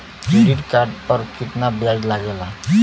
Credit card पर कितना ब्याज लगेला?